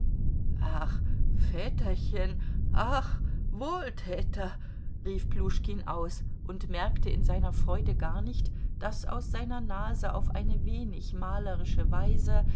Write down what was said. ach väterchen ach wohltäter rief pljuschkin aus und merkte in seiner freude gar nicht daß aus seiner nase auf eine wenig malerische weise